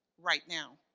right now.